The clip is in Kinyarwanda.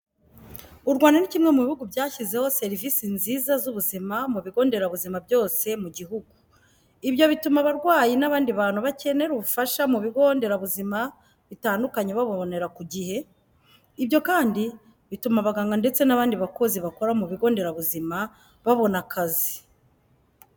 U Rwanda ni kimwe mu bihugu byashyizeho serivisi nziza z'ubuzima mu bigo nderabuzima byose mu jyihugu, ibyo bituma abarwayi n'abandi bantu bakenera ubufasha mu bigo nderabuzima bitandukanye babubonera ku jyihe. Ibyo kandi bituma abaganga ndetse n'abandi bakozi bakora mu bigo nderabuzima babona akazi.